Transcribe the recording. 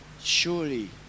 surely